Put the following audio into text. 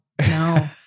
no